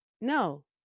No